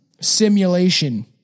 simulation